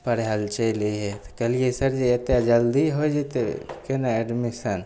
पढ़य लए चलि अइहे तऽ कहलियै सरजी एते जल्दी होइ जेतय केना एडमिशन